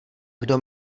kdo